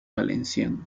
valenciano